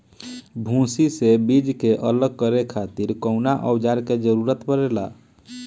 भूसी से बीज के अलग करे खातिर कउना औजार क जरूरत पड़ेला?